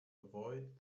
avoid